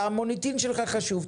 והמוניטין שלך חשוב,